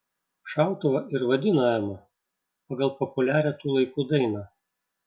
šautuvą ir vadino ema pagal populiarią tų laikų dainą